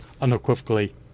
unequivocally